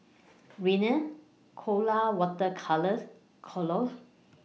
Rene Colora Water Colours Kordel's